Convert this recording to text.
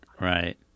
right